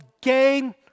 gain